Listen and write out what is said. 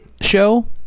show